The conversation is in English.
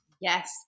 Yes